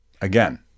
Again